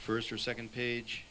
first or second page